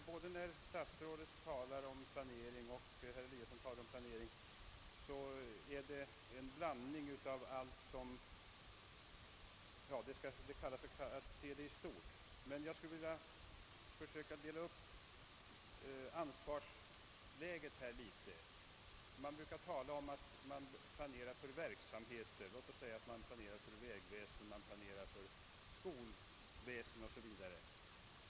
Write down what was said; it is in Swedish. Både när statsrådet och herr Eliasson i Sundborn talar om planering blandar de in en massa olika problem — det kallas att se frågan i stort. Men jag skulle vilja försöka att något dela upp ansvarsläget. Man brukar tala om att man planerar för verksamheter: för vägväsendet, skolväsendet o.s.v.